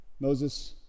Moses